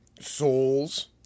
souls